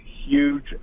huge